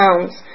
pounds